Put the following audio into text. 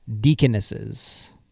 deaconesses